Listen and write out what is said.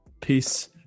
Peace